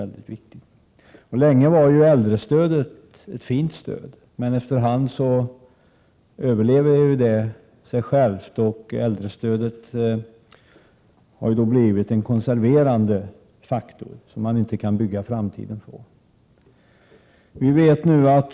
Äldrestödet var länge ett mycket bra stöd, men efter hand har det överlevt sig självt och blivit en konserverande faktor som man inte kan bygga framtiden på.